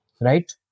right